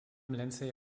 lindsay